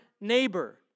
neighbor